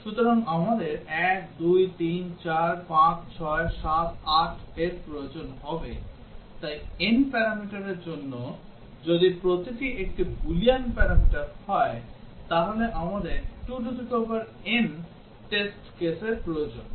সুতরাং আমাদের 1 2 3 4 5 6 7 8 এর প্রয়োজন হবে তাই n প্যারামিটারের জন্য যদি প্রতিটি একটি বুলিয়ান প্যারামিটার হয় তাহলে আমাদের 2n টেস্ট কেসের প্রয়োজন